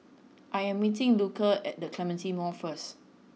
I am meeting Luca at The Clementi Mall first